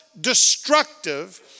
destructive